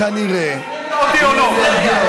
שקרן כזה וצבוע כזה הכנסת לא ראתה.